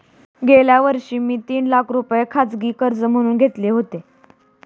गेल्या वर्षी मी तीन लाख रुपये खाजगी कर्ज म्हणून घेतले होते